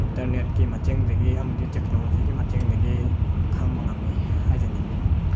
ꯏꯟꯇꯔꯅꯦꯠꯀꯤ ꯃꯇꯦꯡꯗꯒꯤ ꯑꯃꯗꯤ ꯇꯦꯛꯅꯣꯂꯣꯖꯤꯒꯤ ꯃꯇꯦꯡꯗꯒꯤ ꯈꯪꯕ ꯉꯝꯃꯤ ꯍꯥꯏꯖꯅꯤꯡꯉꯤ